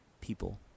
people